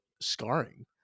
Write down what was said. scarring